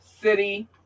City